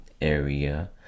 area